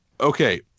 Okay